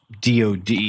DOD